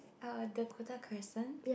uh Dakota-Crescent